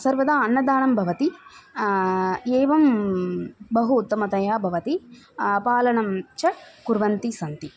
सर्वदा अन्नदानं भवति एवं बहु उत्तमतया भवति पालनं च कुर्वन्तः सन्ति